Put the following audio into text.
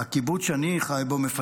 הקיבוץ שאני חי בו, מפלסים,